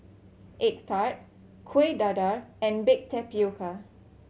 egg tart Kuih Dadar and baked tapioca